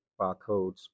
barcodes